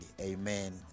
Amen